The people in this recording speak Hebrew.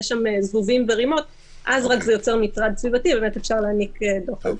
זבובים ורימות אז זה יוצר מטרד סביבתי ואפשר להטיל דוח.